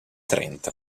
trenta